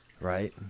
right